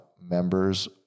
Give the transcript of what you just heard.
members